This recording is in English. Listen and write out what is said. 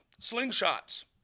Slingshots